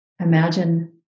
imagine